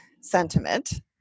sentiment